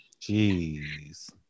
Jeez